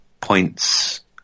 points